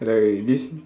this